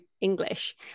English